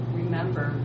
remember